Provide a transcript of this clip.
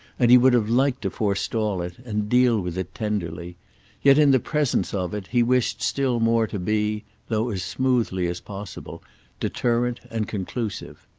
and he would have liked to forestall it and deal with it tenderly yet in the presence of it he wished still more to be though as smoothly as possible deterrent and conclusive.